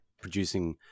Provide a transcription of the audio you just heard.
producing